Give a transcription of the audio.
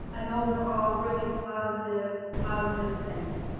and those are all really positive positive things.